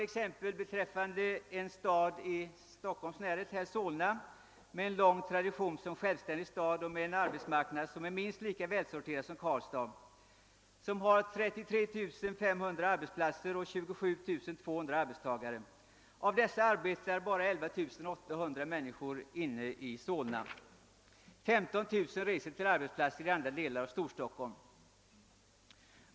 En stad i Stockholms närhet, Solna, med en lång tradition som självständig stad, har 33500 arbetsplatser och 27 200 arbetstagare. Av dessa arbetar endast 11800 personer inne i Solna. 15 000 reser till arbetsplatser i andra delar av Storstockholm.